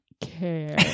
care